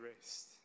rest